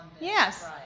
Yes